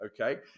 okay